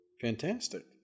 Fantastic